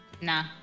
Nah